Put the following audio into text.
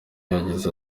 yagize